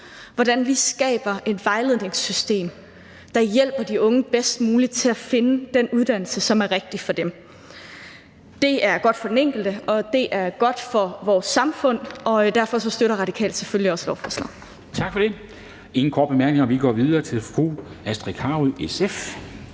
hvordan vi skaber et vejledningssystem, der hjælper de unge bedst muligt til at finde den uddannelse, som er rigtig for dem. Det er godt for den enkelte, og det er godt for vores samfund, og derfor støtter Radikale selvfølgelig også lovforslaget. Kl. 10:40 Formanden (Henrik Dam Kristensen): Tak for det. Der er ingen korte bemærkninger, og vi går videre til fru Astrid Carøe, SF.